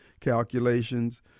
calculations